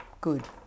good